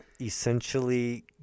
essentially